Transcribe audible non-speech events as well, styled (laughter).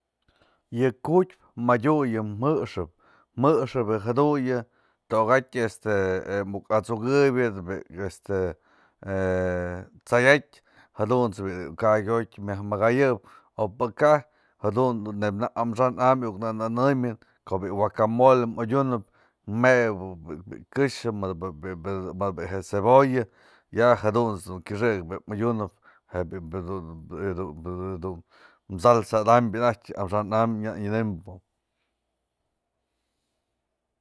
Yë ku'utpyë madyu yë jë'ëxëp toka'at este muk at'sukëpyëp bi'i este (hesitation) t'saya'atyë jadunt's bi'i ka'akë jiotyë o pëkaj jadun neybë nak amaxa'an am iuk nënëmyën ko'o bi'i huacamole madyunëp, mewëp këxë mëdë bi'i cebolla, ya jadunt's du kyëxëk madyunëp yë du (unintelligible) salsa ada'am anajtyë amaxa'an am nyanëmbë.